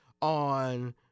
on